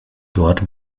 dort